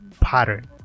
pattern